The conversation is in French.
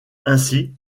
ainsi